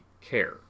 care